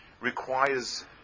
requires